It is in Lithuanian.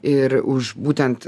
ir už būtent